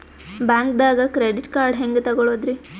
ಬ್ಯಾಂಕ್ದಾಗ credit card ಹೆಂಗ್ ತಗೊಳದ್ರಿ?